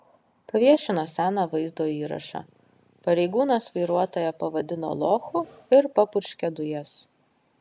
paviešino seną vaizdo įrašą pareigūnas vairuotoją pavadina lochu ir papurškia dujas